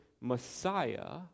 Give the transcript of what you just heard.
Messiah